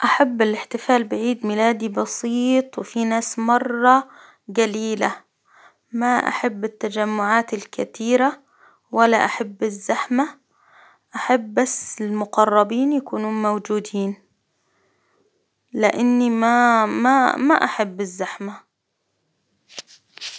أحب الإحتفال بعيد ميلادي بسيط، وفي ناس مرة قليلة، ما أحب التجمعات الكثيرة، ولا أحب الزحمة، أحب بس المقربين يكونوا موجودين، لإني ماأحب الزحمة.